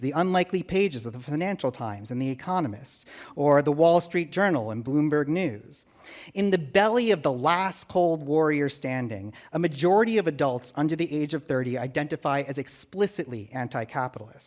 the unlikely pages of the financial times and the economist or the wall street journal and bloomberg news in the belly of the last cold warrior standing a majority of adults under the age of thirty identify as explicitly anti capitalist